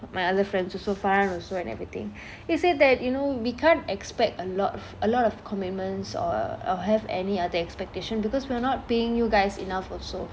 my other friends also farhan also and everything they said that you know we can't expect a lot a lot of commitments or or have any other expectation because we're not paying you guys enough also